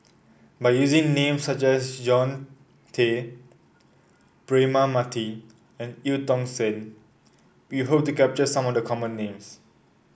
by using names such as John Tay Braema Mathi and Eu Tong Sen we hope to capture some of the common names